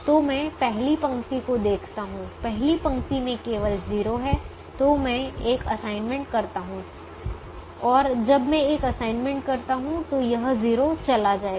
तो मैं पहली पंक्ति को देखता हूं पहली पंक्ति में केवल 0 है तो मैं एक असाइनमेंट करता हूं और जब मैं एक असाइनमेंट करता हूं तो यह 0 चला जाएगा